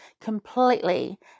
completely